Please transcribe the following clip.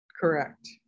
Correct